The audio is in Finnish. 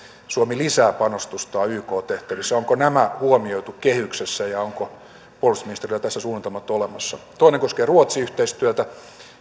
suomi lisää panostustaan yk tehtävissä onko tämä huomioitu kehyksessä ja onko puolustusministeriöllä tässä suunnitelmat olemassa toinen koskee ruotsi yhteistyötä